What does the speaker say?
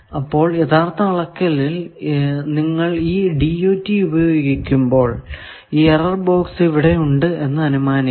അപ്പോൾ യഥാർത്ഥ അളക്കളിൽ നിങ്ങൾ ഈ DUT ഉപയോഗിക്കുമ്പോൾ ഈ എറർ ബോക്സ് ഇവിടെ ഉണ്ട് എന്ന് അനുമാനിക്കാം